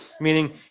Meaning